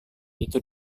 itu